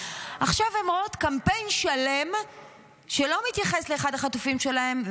עכשיו הן רואות קמפיין שלם שלא מתייחס לאחד החטופים שלהם.